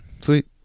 Sweet